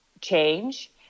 change